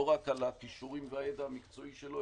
לא רק על הכישורים והידע המקצועי שלו,